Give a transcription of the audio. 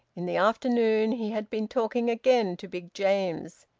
in the afternoon he had been talking again to big james,